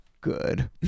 good